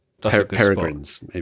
peregrines